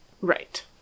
Right